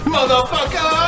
Motherfucker